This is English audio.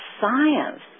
science